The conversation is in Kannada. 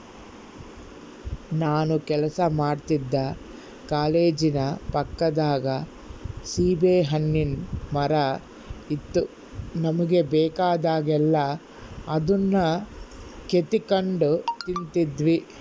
ನಾನು ಕೆಲಸ ಮಾಡ್ತಿದ್ದ ಕಾಲೇಜಿನ ಪಕ್ಕದಾಗ ಸೀಬೆಹಣ್ಣಿನ್ ಮರ ಇತ್ತು ನಮುಗೆ ಬೇಕಾದಾಗೆಲ್ಲ ಅದುನ್ನ ಕಿತಿಗೆಂಡ್ ತಿಂತಿದ್ವಿ